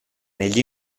negli